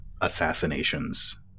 assassinations